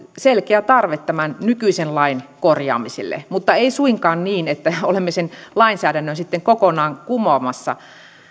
selkeä tarve tämän nykyisen lain korjaamiselle mutta ei suinkaan niin että olemme sen lainsäädännön sitten kokonaan kumoamassa